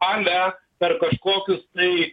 ale per kažkokius tai